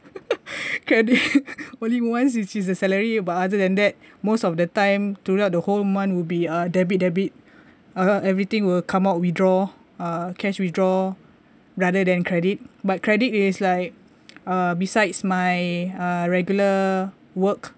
credit only once which is the salary but other than that most of the time throughout the whole month will be a debit debit uh everything will come out withdraw uh cash withdraw rather than credit but credit is like uh besides my uh regular work